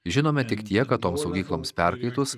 žinome tik tiek kad toms saugykloms perkaitus